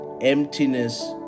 emptiness